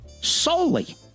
solely